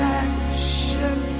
action